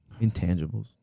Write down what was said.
Intangibles